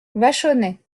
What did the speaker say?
vachonnet